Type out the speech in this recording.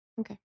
Okay